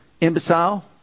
imbecile